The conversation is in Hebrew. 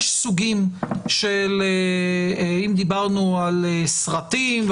אם דיברנו על סרטים,